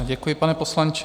Děkuji, pane poslanče.